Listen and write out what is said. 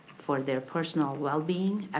for their personal well-being